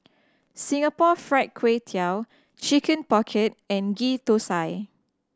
Singapore Fried Kway Tiao Chicken Pocket and Ghee Thosai